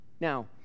Now